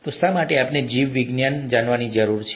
તો શા માટે આપણે જીવવિજ્ઞાન જાણવાની જરૂર છે